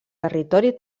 territori